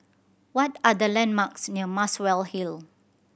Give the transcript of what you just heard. what are the landmarks near Muswell Hill